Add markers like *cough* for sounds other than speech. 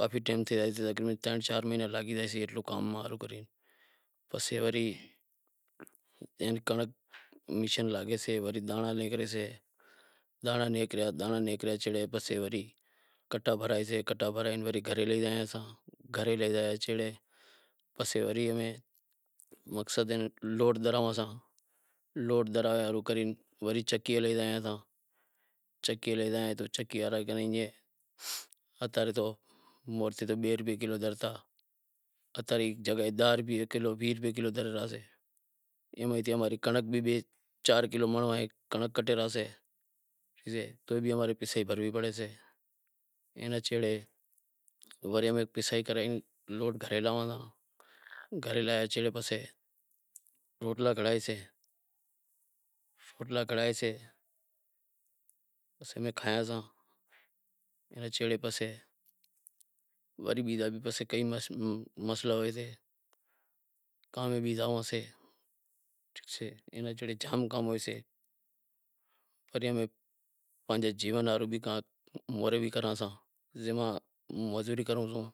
کافی ٹیم تھئی زائیسے، تقریبن ترن چار مہینڑا لاگی زائیشیں اتلو کام ماں، پسے وری اینا کنڑنک میشن لاگیسے، وری دانڑا نیکریسیں، دانڑا نیکریا، دانڑا نیکریا چھیڑے وری کنٹا بھرائیسیں، کنٹا بھرائے پسے گھرے لے زایاساں، گھرے لے زائے سیڑے پسے وری امیں مقصد لوڈ کراوساں، لوڈ کرائی وری چکی تی لے زائیساں، چکی لے زایاں تو چکی وارا کہیں ایئں اتارا تو سدہا بئے روپے کلو زڑتا، اتاری جگے داہ روپیا ویہہ روپیا کلو زڑی زائیسے، اتی اماری اماری کنڑنک بھی بئے چار روپیا کلو زائیسے، وری امیں پیسائی کرے لوڈ گھرے لاواں ساں، گھرے لائے چھیڑے پسے روٹلا گھڑائیزسیں، روٹلا گھڑائزسیں امیں کھائساں، اوئاں ناں سیڑے پسے بیزا بھی کئی مسئلا ہوئیسیں، *unintelligible* پسے امیں اپنڑے جیون ہاروں بھی کوئی مزوری کراں ساں،